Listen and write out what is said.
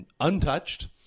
untouched